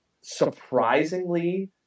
surprisingly